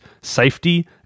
safety